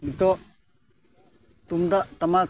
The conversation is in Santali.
ᱱᱤᱛᱚᱜ ᱛᱩᱢᱫᱟᱜ ᱴᱟᱢᱟᱠ